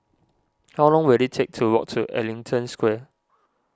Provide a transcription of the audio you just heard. how long will it take to walk to Ellington Square